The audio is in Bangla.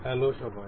হ্যালো সবাই